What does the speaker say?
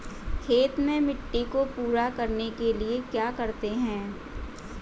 खेत में मिट्टी को पूरा करने के लिए क्या करते हैं?